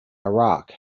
iraq